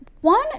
One